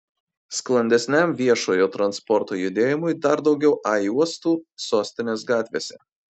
sklandesniam viešojo transporto judėjimui dar daugiau a juostų sostinės gatvėse